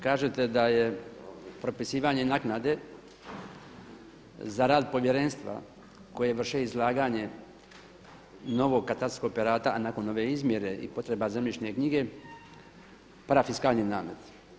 Kažete da je propisivanje naknade za rad povjerenstva koje vrše izlaganje novog katastarskog operata, a nakon ove izmjere i potreba zemljišne knjige parafiskalni namet.